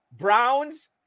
Browns